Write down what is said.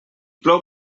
plou